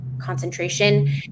concentration